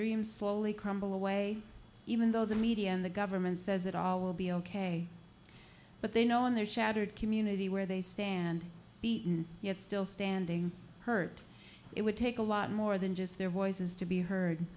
dream slowly crumble away even though the media and the government says it all will be ok but they know in their shattered community where they stand beaten yet still standing hurt it would take a lot more than just their voices to be